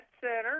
center